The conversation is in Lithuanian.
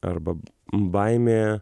arba baimė